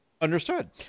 understood